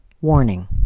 Warning